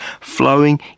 flowing